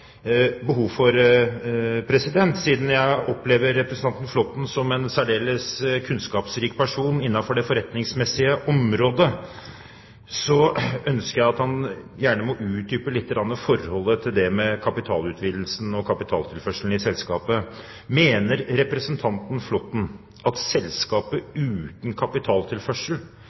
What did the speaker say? opplever representanten Flåtten som en særdeles kunnskapsrik person innenfor det forretningsmessige området, ønsker jeg at han utdyper litt dette med kapitalutvidelsen og kapitaltilførselen i selskapet. Mener representanten Flåtten at selskapet uten kapitaltilførsel